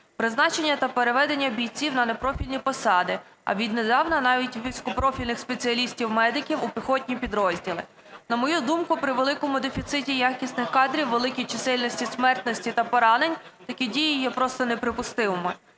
призначення та переведення бійців на непрофільні посади, а віднедавна навіть вузькопрофільних спеціалістів медиків у піхотні підрозділи. На мою думку, при великому дефіциті якісних кадрів, великій чисельності смертності та поранень такі дії є просто неприпустимими.